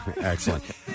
excellent